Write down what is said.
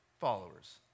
followers